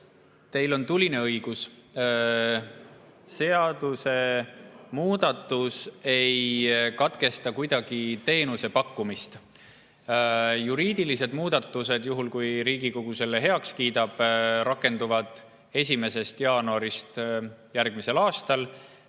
Teil on tuline õigus. Seadusemuudatus ei katkesta kuidagi teenuse pakkumist. Juriidilised muudatused, juhul kui Riigikogu need heaks kiidab, rakenduvad 1. jaanuarist järgmisel aastal.